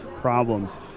problems